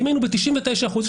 אם היינו ב-99 אחוזים,